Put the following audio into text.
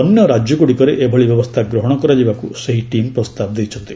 ଅନ୍ୟ ରାଜ୍ୟଗୁଡ଼ିକରେ ଏଭଳି ବ୍ୟବସ୍ଥା ଗ୍ରହଣ କରାଯିବାକୁ ସେହି ଟିମ୍ ପ୍ରସ୍ତାବ ଦେଇଛନ୍ତି